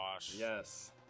Yes